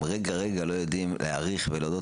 הם רגע רגע לא יודעים להעריך ולהודות